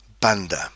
Banda